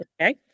Okay